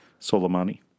Soleimani